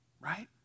Right